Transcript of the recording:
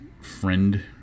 friend